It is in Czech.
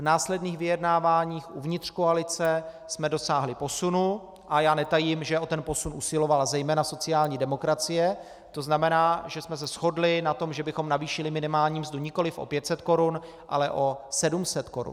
V následných vyjednáváních uvnitř koalice jsme dosáhli posunu, a já netajím, že o posun usilovala zejména sociální demokracie, tzn. že jsme se shodli na tom, že bychom navýšili minimální mzdu nikoli o 500 korun, ale o 700 korun.